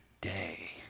day